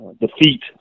defeat